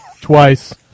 Twice